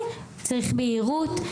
צריך בהירות,